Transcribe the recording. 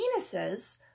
penises